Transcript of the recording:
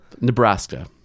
nebraska